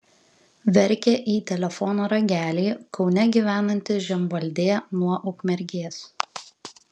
verkė į telefono ragelį kaune gyvenanti žemvaldė nuo ukmergės